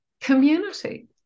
community